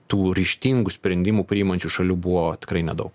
tų ryžtingų sprendimų priimančių šalių buvo tikrai nedaug